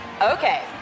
Okay